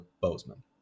bozeman